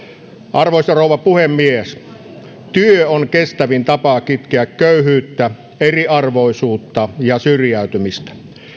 arvoisa rouva puhemies työ on kestävin tapa kitkeä köyhyyttä eriarvoisuutta ja syrjäytymistä